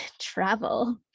travel